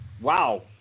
Wow